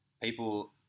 People